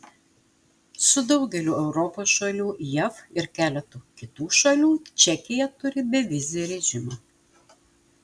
su daugeliu europos šalių jav ir keletu kitų šalių čekija turi bevizį režimą